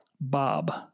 Bob